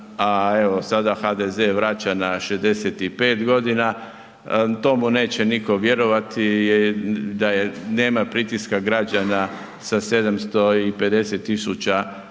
a evo sada HDZ vraća na 65 godina, to mu neće niko vjerovati, da nema pritiska građana sa 750000 potpisa,